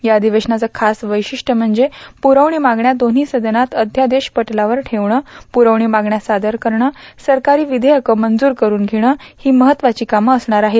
या अषिवेशनाचं खास वैशिष्टच म्हणजे पुरवणी मागण्या दोन्ही सदनात अय्यादेश पटलावर ठेवणं पुरवणी मागण्या सादर करणं सरकारी विवेयकं मंजुर करून घेणं ही महत्वाची कामं असणार आहेत